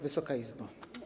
Wysoka Izbo!